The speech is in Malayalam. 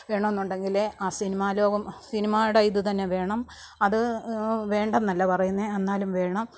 വേണം എന്നുണ്ടെങ്കിൽ ആ സിനിമാലോകം സിനിമാടെ ഇതുതന്നെ വേണം അത് വേണ്ട എന്നല്ല പറയുന്നത് എന്നാലും വേണം